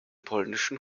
polnischen